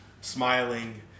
smiling